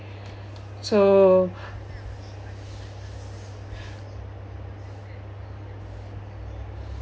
so